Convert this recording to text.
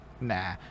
nah